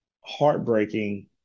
heartbreaking